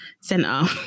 center